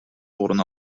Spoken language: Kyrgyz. орун